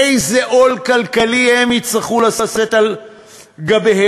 איזה עול כלכלי הם יצטרכו לשאת על גבם.